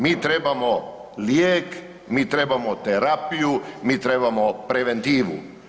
Mi trebamo lijek, mi trebamo terapiju, mi trebamo preventivu.